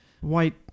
white